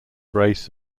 race